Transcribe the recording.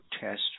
test